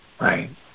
Right